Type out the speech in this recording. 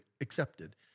Accepted